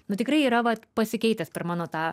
nu tikrai yra vat pasikeitęs per mano tą